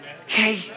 Okay